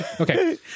Okay